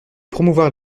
promouvoir